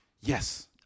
Yes